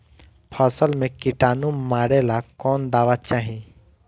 फसल में किटानु मारेला कौन दावा चाही?